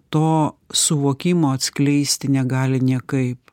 to suvokimo atskleisti negali niekaip